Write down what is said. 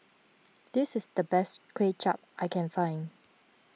this is the best Kuay Chap I can find